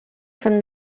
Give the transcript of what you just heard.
from